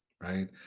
right